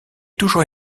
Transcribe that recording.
toujours